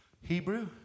Hebrew